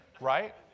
Right